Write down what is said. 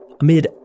Amid